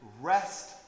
rest